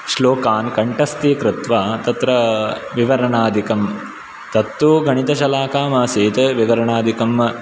श्लोकान् कण्ठस्थीकृत्वा तत्र विवरणादिकं तत्तु गणितशलाकामासीत् विवरणादिकं